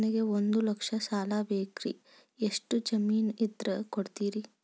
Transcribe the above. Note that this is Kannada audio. ನನಗೆ ಒಂದು ಲಕ್ಷ ಸಾಲ ಬೇಕ್ರಿ ಎಷ್ಟು ಜಮೇನ್ ಇದ್ರ ಕೊಡ್ತೇರಿ?